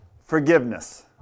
forgiveness